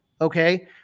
okay